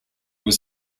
was